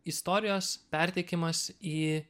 istorijos perteikimas į